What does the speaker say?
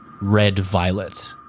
red-violet